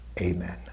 amen